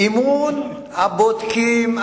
אימון הבודקים,